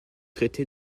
traité